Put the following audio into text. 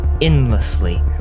endlessly